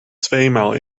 tweemaal